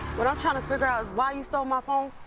what i'm trying to figure our is why you stole my phone?